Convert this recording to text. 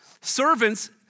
Servants